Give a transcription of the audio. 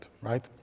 right